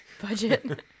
budget